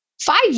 Five